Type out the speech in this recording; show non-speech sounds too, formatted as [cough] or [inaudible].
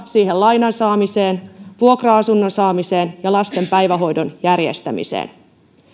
[unintelligible] siihen lainan saamiseen vuokra asunnon saamiseen ja lasten päivähoidon järjestämiseen